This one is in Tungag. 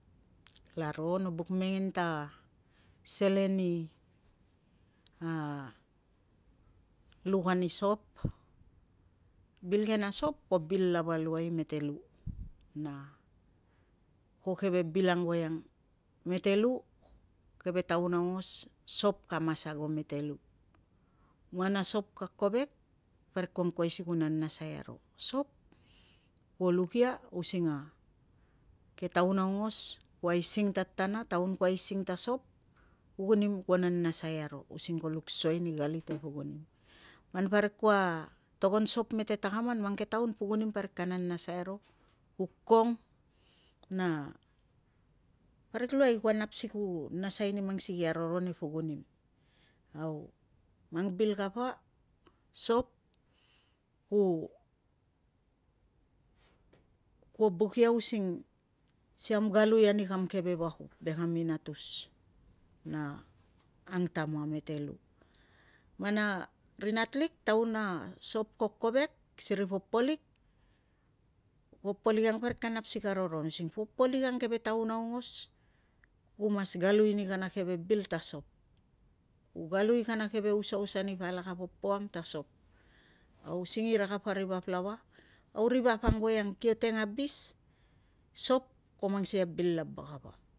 Kalaro no buk mengen ta selen i luk ani sop. Bil ke na sop ko bil lava luai mete lu, na ko keve bil ang voiang mete lu keve taun aongos sop ka mas ago mete lu. Man a sop ka kovek, parik kua angkuai si nanasai aro, sop kuo luk ia using a ke taung aungos ku aising tatana, taun ku aising ta sop, pukunim kuo nanasai aro, using ko luk suai ani galit e pukunim. Man parik kua togon sop mete takaman, mang ke taun pukunim parik ka nanasai aro. Ku kong, na parik luai kua nap si nasai ni mang sikei a roron e pukunim. Au mang bil kapa sop kuo buk ia usiing si kam galui ani kam keve vakum ve kam inatus na ang tama mete lu. Man a ri natlik, taun a sop ko kovek, siri popolik, popolik ang parik kapa nap si ka roron, using popolik ang si keve taun aungos ku mas galui ani kana keve bil ta sop. Au singira kapa ri vap lava, au ri vap ang voiang kio teng abis, sop ko mang sikei a bil lava kapa.